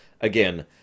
Again